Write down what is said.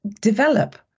develop